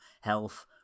health